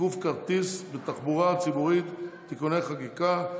תיקוף כרטיס בתחבורה ציבורית (תיקוני חקיקה),